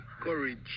courage